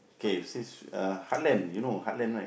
okay since uh heartland you know heartland right